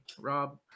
Rob